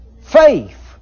Faith